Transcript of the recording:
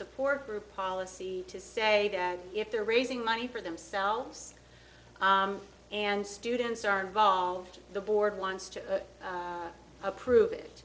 support group policy to say if they're raising money for themselves and students are involved the board wants to approve it